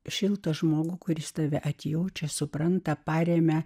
šiltą žmogų kuris tave atjaučia supranta paremia